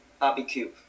Barbecue